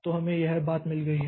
तो हमें यह बात मिल गई है